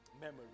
Memory